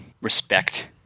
Respect